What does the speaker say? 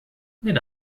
let